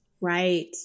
Right